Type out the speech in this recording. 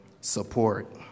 support